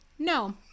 No